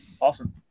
Awesome